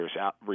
out